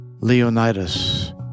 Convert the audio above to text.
Leonidas